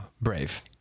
brave